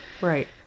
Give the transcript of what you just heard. Right